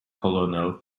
colonel